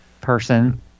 person